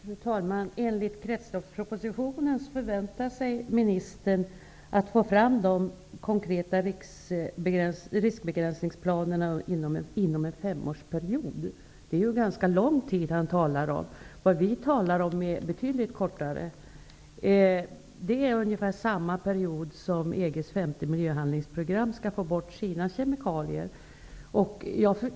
Fru talman! Enligt kretsloppspropositionen förväntar sig ministern att få fram de konkreta riskbegränsningsplanerna inom en femårsperiod. Det är en ganska lång tid han talar om. Vad vi talar om är en betydligt kortare tid. Det är ungefär samma period som EG:s femte miljöhandlingsprogram skall få bort deras kemikalier under.